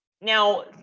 Now